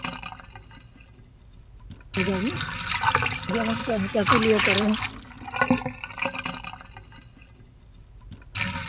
ᱡᱮᱢᱚᱱ ᱪᱟᱼᱪᱟᱠᱩᱞᱤᱭᱟᱹ ᱠᱚᱨᱮ